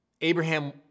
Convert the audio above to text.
Abraham